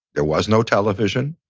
there was no television.